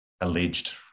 alleged